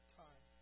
time